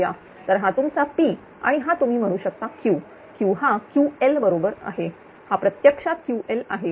तर हा तुमचा P आणि हा तुम्ही म्हणू शकता Q Q हाQl बरोबर आहेहा प्रत्यक्षात Ql आहे